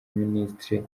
minisitiri